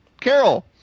Carol